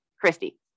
christy